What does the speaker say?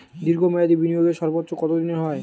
দীর্ঘ মেয়াদি বিনিয়োগের সর্বোচ্চ কত দিনের হয়?